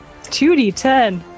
2D10